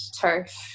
turf